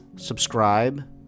Subscribe